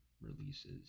releases